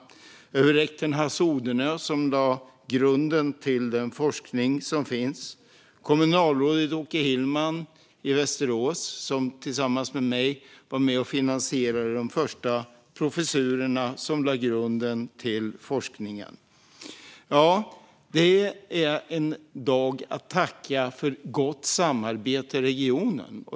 Det gäller även rektorn Hasse Odenö, som lade grunden för den forskning som finns, och kommunalrådet Åke Hillman i Västerås, som tillsammans med mig var med och finansierade de första professurerna som lade grunden till forskningen. Det här är en dag att tacka för gott samarbete i regionen.